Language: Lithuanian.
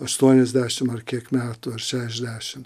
aštuoniasdešimt ar kiek metų ar šešiašdešimt